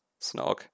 Snog